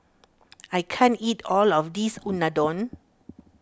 I can't eat all of this Unadon